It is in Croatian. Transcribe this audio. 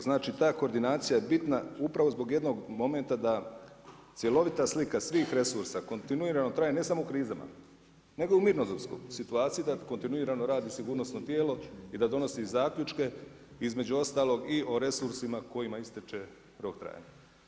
Znači, ta koordinacija je bitna upravo zbog jednog momenta da cjelovita slika svih resursa kontinuirano traje ne samo u krizama nego i u mirnodopskoj situaciji, da kontinuirano radi sigurnosno tijelo i da donosi zaključke između ostalog i o resursima kojima istječe rok trajanja.